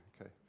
okay